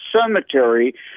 Cemetery